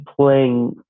playing